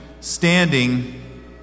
standing